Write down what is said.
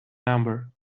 number